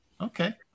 Okay